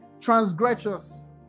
transgressors